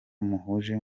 muhuje